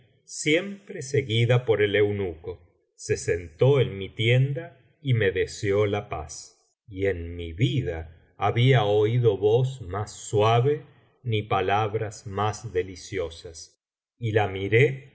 siempre seguida por el eunuco se sentó en mi tienda y me deseó la paz y en mi vida había oído voz más suave ni palabras más deliciosas y la miré